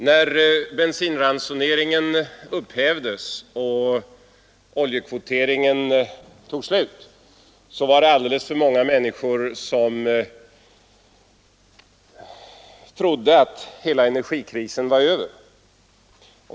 Herr talman! När bensinransoneringen upphävdes och oljekvoteringen tog slut var det alltför många människor som trodde att hela energikrisen var över.